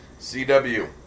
CW